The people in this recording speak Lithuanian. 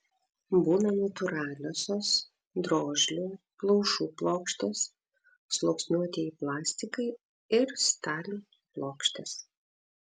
būna natūraliosios drožlių plaušų plokštės sluoksniuotieji plastikai ir stalių plokštės